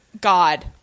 God